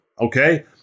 Okay